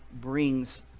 brings